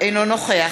אינו נוכח